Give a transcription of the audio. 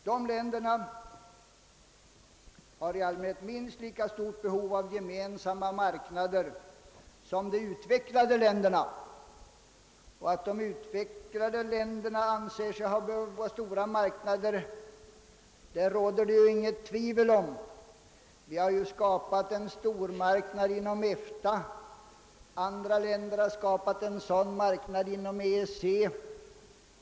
De länderna har i allmänhet minst lika stort behov av gemensamma marknader som de utvecklade länderna har, och att de utvecklade länderna anser sig ha behov av stora marknader råder det väl inget tvivel om. Vi har ju skapat en stormarknad inom EFTA, och andra länder har skapat en sådan stormarknad inom EEC.